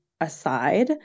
aside